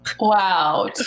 wow